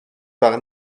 par